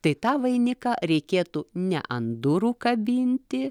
tai tą vainiką reikėtų ne ant durų kabinti